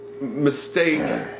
mistake